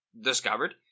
discovered